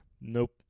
Nope